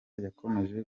yakomeje